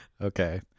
okay